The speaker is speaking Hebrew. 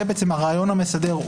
שזה בעצם הרעיון המסדר,